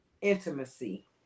intimacy